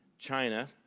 china,